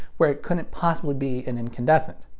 where it couldn't possibly be an incandescent.